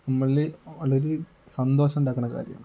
നമ്മിൽ വളരെ സന്തോഷം ഉണ്ടാക്കുന്ന കാര്യമാണ്